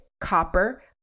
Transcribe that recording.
copper